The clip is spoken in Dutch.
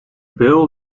beul